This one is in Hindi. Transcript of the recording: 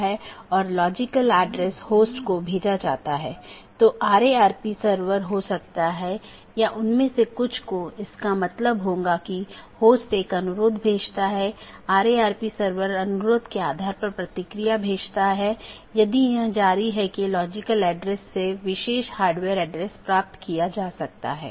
यह एक चिन्हित राउटर हैं जो ऑटॉनमस सिस्टमों की पूरी जानकारी रखते हैं और इसका मतलब यह नहीं है कि इस क्षेत्र का सारा ट्रैफिक इस क्षेत्र बॉर्डर राउटर से गुजरना चाहिए लेकिन इसका मतलब है कि इसके पास संपूर्ण ऑटॉनमस सिस्टमों के बारे में जानकारी है